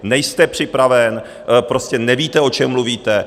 Nejste připraven, prostě nevíte, o čem mluvíte.